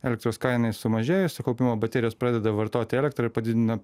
elektros kainai sumažėjus sukaupimo baterijos pradeda vartoti elektrą ir padidina